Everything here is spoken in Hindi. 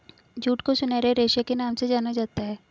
जूट को सुनहरे रेशे के नाम से जाना जाता है